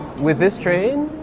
with this train,